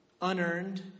unearned